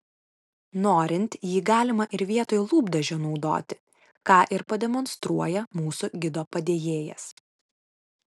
norint jį galima ir vietoj lūpdažio naudoti ką ir pademonstruoja mūsų gido padėjėjas